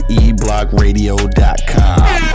eblockradio.com